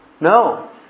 No